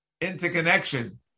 interconnection